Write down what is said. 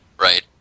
Right